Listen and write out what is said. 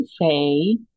say